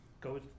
go